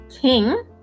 king